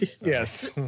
Yes